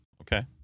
okay